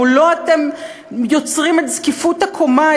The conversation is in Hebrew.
מולו אתם יוצרים את זקיפות הקומה,